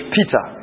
Peter